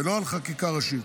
ולא על חקיקה ראשית,